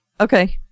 Okay